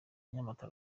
nyamata